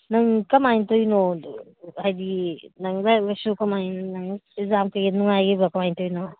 ꯅꯪ ꯀꯃꯥꯏꯅ ꯇꯧꯔꯤꯅꯣ ꯑꯗꯨ ꯍꯥꯏꯗꯤ ꯅꯪ ꯂꯥꯏꯔꯤꯛ ꯂꯥꯏꯁꯨ ꯀꯃꯥꯏꯅ ꯅꯪ ꯑꯦꯛꯖꯥꯝ ꯀꯩꯀꯩ ꯅꯨꯡꯉꯥꯏꯈꯤꯕ꯭ꯔꯥ ꯀꯃꯥꯏꯅ ꯇꯧꯔꯤꯅꯣ